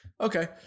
okay